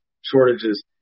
shortages